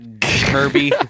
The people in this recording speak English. Kirby